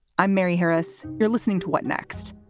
i'm mary harris. you're listening to what next.